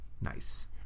Nice